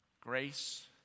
grace